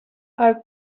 are